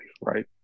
right